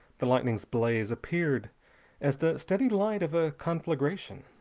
the lightning's blaze appeared as the steady light of a conflagration.